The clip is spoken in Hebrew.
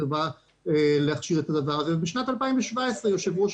תבעה להכשיר את הדבר הזה ובשנת 2017 יושב ראש